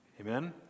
amen